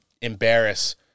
embarrass